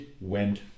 went